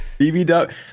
bbw